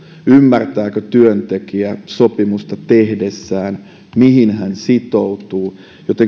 ymmärtääkö työntekijä sopimusta tehdessään mihin hän sitoutuu